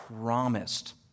promised